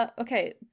okay